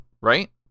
right